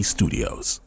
Studios